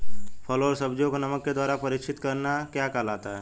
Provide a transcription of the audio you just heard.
फलों व सब्जियों को नमक के द्वारा परीक्षित करना क्या कहलाता है?